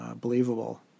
believable